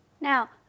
Now